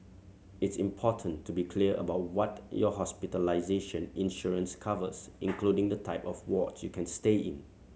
it's important to be clear about what your hospitalization insurance covers including the type of wards you can stay in